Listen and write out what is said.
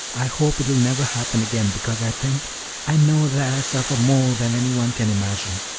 i hope it will never happen again, because i think i know that i suffer more than any one can imagine.